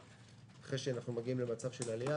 אחרי שאנחנו מגיעים למצב של עלייה,